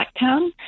Blacktown